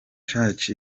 church